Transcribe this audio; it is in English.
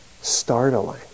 startling